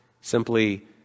Simply